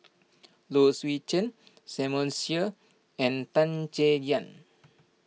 Low Swee Chen Samuel Dyer and Tan Chay Yan